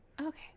Okay